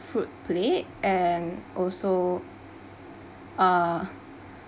fruit plate and also uh